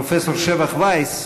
פרופסור שבח וייס,